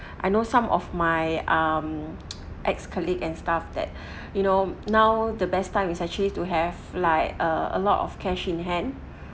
I know some of my um ex-colleague and staff that you know now the best time is actually to have like uh a lot of cash in hand